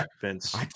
Vince